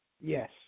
Yes